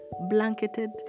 blanketed